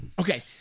Okay